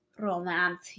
Romantic